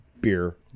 beer